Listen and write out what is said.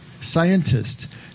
scientists